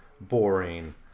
boring